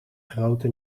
grote